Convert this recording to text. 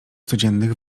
codziennych